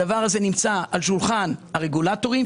הדבר הזה נמצא על שולחן הרגולטורים,